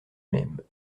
même